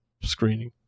screening